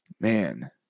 Man